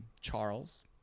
Charles